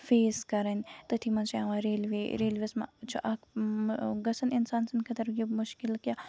face کَرٕنۍ تٔتھِ منٛز چھُ یِوان ریلوے ریلویَس منٛز چھُ اکھ گژھان اِنسان سٕندۍ خٲطرٕ مُشکِل کہِ